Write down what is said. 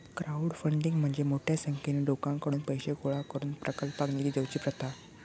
crowdfunding म्हणजे मोठ्या संख्येन लोकांकडुन पैशे गोळा करून प्रकल्पाक निधी देवची प्रथा